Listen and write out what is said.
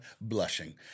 blushing